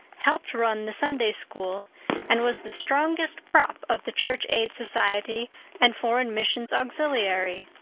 helped run the sunday-school, and was the strongest prop of the church aid society and foreign missions auxiliary.